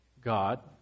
God